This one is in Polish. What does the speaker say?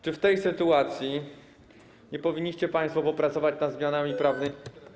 Czy w tej sytuacji nie powinniście państwo popracować nad zmianami prawnymi.